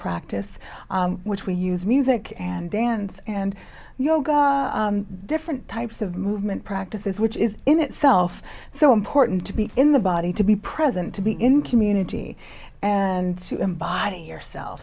practice which we use music and dance and yoga different types of movement practices which is in itself so important to be in the body to be present to be in community and to embody yourself